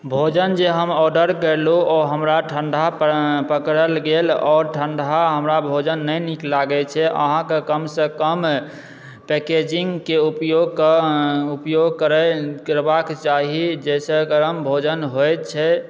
भोजन जे हम ऑर्डर करलहुँ ओ हमरा ठण्डा पकड़ल गेल आओर ठण्डा हमरा भोजन नहि नीक लागैत छै अहाँके कमसँ कम पैकेजिंगकऽ उपयोगकऽ उपयोग करय करबाके चाही जाहिसँ गरम भोजन होयत छै